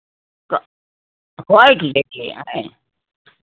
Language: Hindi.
तो व्हाइट लीजिए आयँ